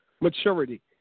maturity